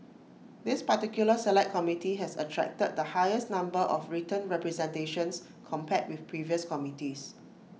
this particular Select Committee has attracted the highest number of written representations compared with previous committees